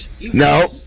No